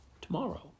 tomorrow